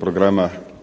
programa